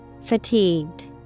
Fatigued